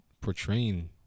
portraying